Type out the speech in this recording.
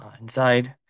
inside